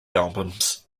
albums